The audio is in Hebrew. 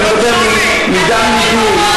אני מדבר מדם לבי.